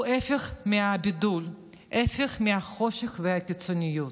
הוא ההפך מהבידול, ההפך מהחושך והקיצוניות.